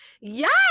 yes